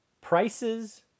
prices